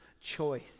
choice